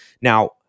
Now